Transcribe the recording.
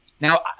Now